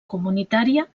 comunitària